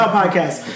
podcast